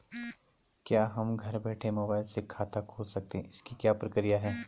क्या हम घर बैठे मोबाइल से खाता खोल सकते हैं इसकी क्या प्रक्रिया है?